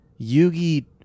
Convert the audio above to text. yugi